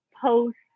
post